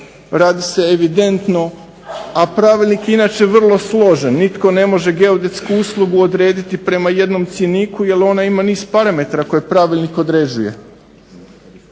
radi se evidentno, a pravilnik je inače vrlo složen. Nitko ne može geodetsku uslugu odrediti prema jednom cjeniku jel ona niz parametara koje pravilnik određuje.